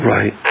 Right